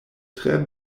tre